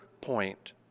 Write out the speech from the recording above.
point